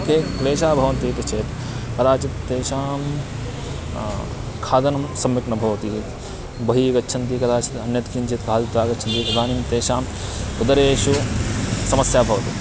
के क्लेशाः भवन्ति इति चेत् कदाचित् तेषां खादनं सम्यक् न भवति बहिः गच्छन्ति कदाचित् अन्यत् किञ्चित् खादित्वा गच्छन्ति इदानीं तेषाम् उदरेषु समस्या भवति